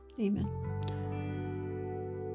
Amen